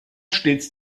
stets